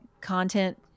content